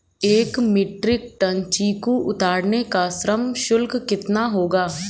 एक metric tonne चीकू उतारने का श्रम शुल्क कितना होगा?